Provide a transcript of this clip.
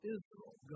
Israel